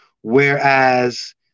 Whereas